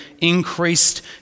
increased